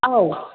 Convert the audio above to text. औ